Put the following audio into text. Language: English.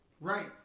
Right